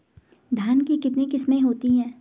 धान की कितनी किस्में होती हैं?